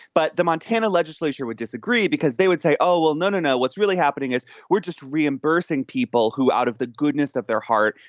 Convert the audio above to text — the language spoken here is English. but the montana legislature would disagree because they would say, oh, well, no, no, no. what's really happening is we're just reimbursing people who, out of the goodness of their heart,